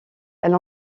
elle